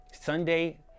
Sunday